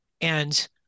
And-